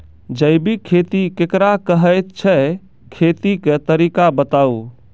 जैबिक खेती केकरा कहैत छै, खेतीक तरीका बताऊ?